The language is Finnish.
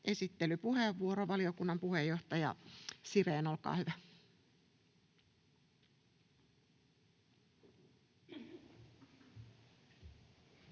Esittelypuheenvuoro, valiokunnan puheenjohtaja Sirén, olkaa hyvä.